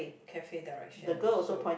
cafe direction also